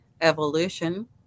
evolution